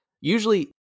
Usually